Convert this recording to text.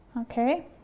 Okay